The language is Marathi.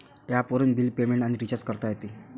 ॲपवरून बिल पेमेंट आणि रिचार्ज करता येते